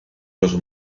los